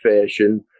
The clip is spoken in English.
fashion